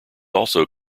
also